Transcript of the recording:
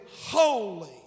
holy